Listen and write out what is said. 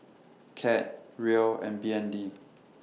Cad Riel and B N D